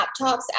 laptops